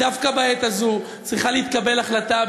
דווקא בעת הזאת צריכה להתקבל החלטה,